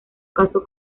caso